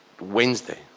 Wednesday